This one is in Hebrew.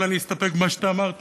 אבל אני אסתפק במה שאתה אמרת,